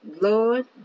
lord